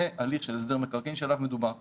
הליך של הסדר מקרקעין שעליו מדובר כאן.